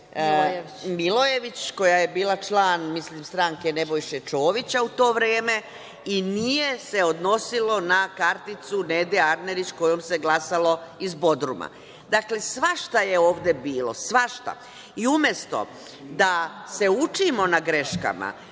Milojević koja je bila član stranke, ja mislim, Nebojše Čovića u to vreme i nije se odnosilo na karticu Nede Arnerić kojom se glasalo iz Bodruma. Dakle, svašta je ovde bilo. Svašta! I umesto da se učimo na greškama,